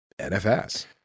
NFS